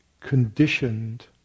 conditioned